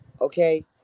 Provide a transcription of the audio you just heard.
Okay